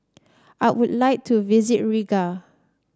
I would like to visit Riga